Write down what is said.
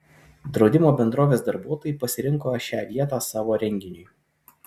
draudimo bendrovės darbuotojai pasirinko šią vietą savo renginiui